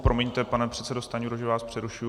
Promiňte, pane předsedo Stanjuro, že vás přerušuji.